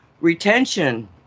retention